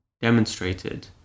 demonstrated